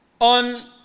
on